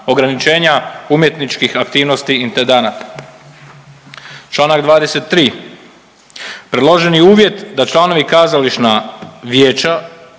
ograničenja umjetničkih aktivnosti intendanata. Članak 23., predloženi uvjet da članovi kazališna vijeća